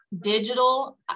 digital